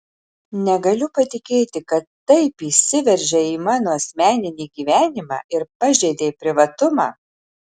negaliu patikėti kad taip įsiveržei į mano asmeninį gyvenimą ir pažeidei privatumą